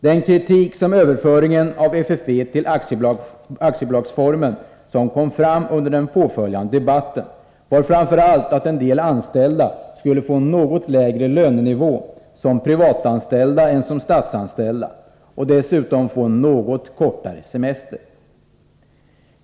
Den kritik mot en ombildning av FFV till aktiebolag som framfördes under den påföljande debatten riktades framför allt mot att en del anställda skulle få en något lägre lön som privatanställda än som statsanställda och dessutom en något kortare semester.